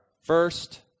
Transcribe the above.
first